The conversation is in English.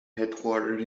headquartered